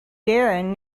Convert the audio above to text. darren